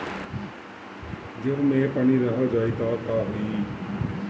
गेंहू मे पानी रह जाई त का होई?